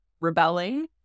rebelling